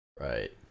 Right